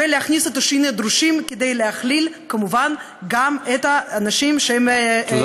ולהכניס את השינויים הדרושים כדי לכלול כמובן גם את האנשים תודה רבה.